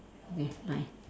okay bye